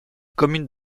commune